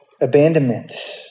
abandonment